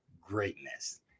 greatness